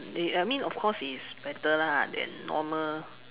they I mean of course is better lah than normal